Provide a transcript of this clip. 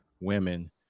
women